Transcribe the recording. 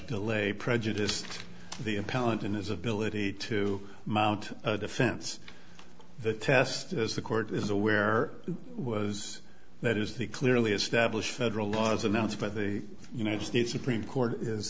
delay prejudiced the appellant in his ability to mount a defense the test as the court is aware was that is the clearly established federal law as announced by the united states supreme court is